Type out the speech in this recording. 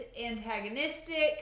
antagonistic